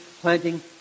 planting